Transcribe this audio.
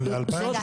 רגע,